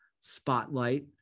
spotlight